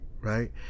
right